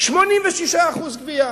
86% גבייה.